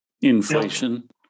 inflation